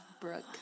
Brooke